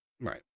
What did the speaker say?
Right